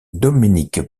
dominique